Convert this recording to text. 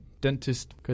dentist